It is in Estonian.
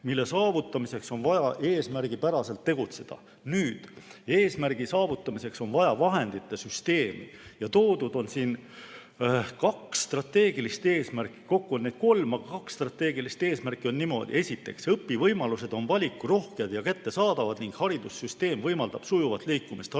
mille saavutamiseks on vaja eesmärgipäraselt tegutseda. Eesmärgi saavutamiseks on vaja vahendite süsteemi. Siin on toodud strateegilised eesmärgid. Kokku on neid kolm, aga kaks strateegilist eesmärki on sellised. Esiteks, õpivõimalused on valikurohked ja kättesaadavad ning haridussüsteem võimaldab sujuvat liikumist haridustasemete